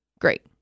great